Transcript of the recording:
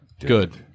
Good